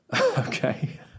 okay